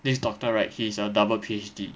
this doctor right he is a double P_H_D